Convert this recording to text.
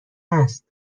هست